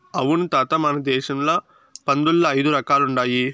అవును తాత మన దేశంల పందుల్ల ఐదు రకాలుండాయి